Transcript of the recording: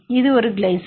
இது ஒரு கிளைசின்